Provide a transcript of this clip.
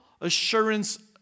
assurance